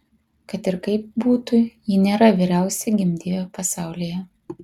kad ir kaip būtų ji nėra vyriausia gimdyvė pasaulyje